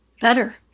Better